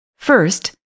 First